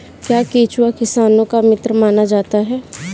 क्या केंचुआ किसानों का मित्र माना जाता है?